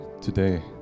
today